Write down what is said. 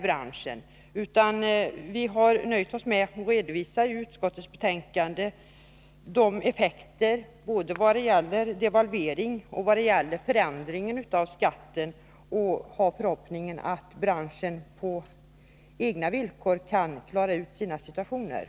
I utskottsbetänkandet har vi därför nöjt frågor oss med att redovisa effekterna av devalveringen och ändringen av skatten. Vi hyser förhoppning om att branschen kan klara situationen på de nuvarande villkoren.